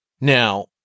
Now